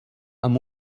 amb